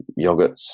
yogurts